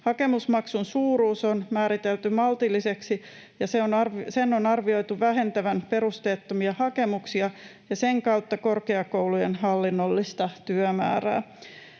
Hakemusmaksun suuruus on määritelty maltilliseksi, ja sen on arvioitu vähentävän perusteettomia hakemuksia ja sen kautta korkeakoulujen hallinnollista työmäärää.